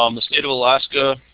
um the state of alaska